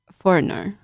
foreigner